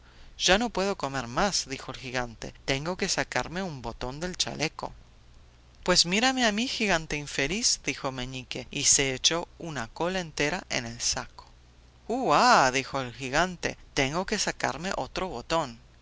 ya no puedo comer más dijo el gigante tengo que sacarme un botón del chaleco pues mírame a mí gigante infeliz dijo meñique y se echó una col entera en el saco uha dijo el gigante tengo que sacarme otro botón